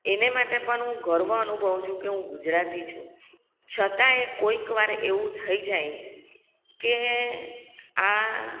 એને માટે પણ હું ગર્વ અનુભવું છું કે હું ગુજરાતી છું છતાંય કોઈક વાર એવું થઈ જાય કે આ